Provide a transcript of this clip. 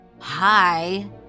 Hi